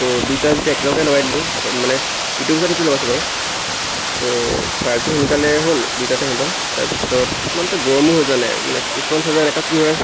ত' দুইটা যেতিয়া একেলগতে লগাই দিলোঁ অক মানে ইটোৰ পিছত সিটো লগাইছোঁ বাৰু ত' চাৰ্জো সোনকালে হ'ল দুইটাতে ম'বাইল তাৰপিছত ইমান এটা গৰমো হৈ যোৱা নাই মানে কিছুমান চাৰ্জাৰ এনেকা কি হয়